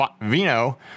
vino